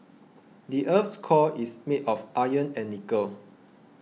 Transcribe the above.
the earth's core is made of iron and nickel